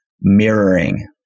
mirroring